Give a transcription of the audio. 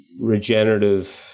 regenerative